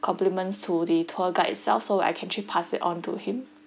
complements to the tour guide itself so I can actually pass it on to him